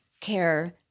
care